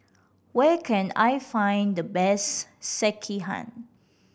where can I find the best Sekihan